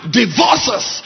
divorces